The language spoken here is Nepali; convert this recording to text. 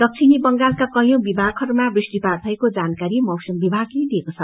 दक्षिणी बंगालका केयौ भागहरूमा बत्पात भएको जानकारी मौसम विभागले दिएको छ